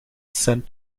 sent